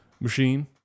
machine